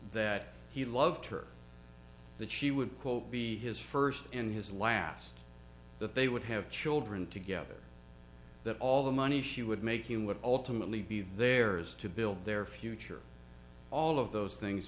that he loved her that she would quote be his first in his last that they would have children together that all the money she would make him would ultimately be theirs to build their future all of those things